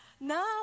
Now